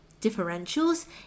Differentials